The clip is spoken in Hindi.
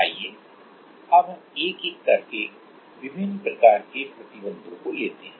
आइए अब हम एक एक करके विभिन्न प्रकार के प्रतिबंधों को लेते हैं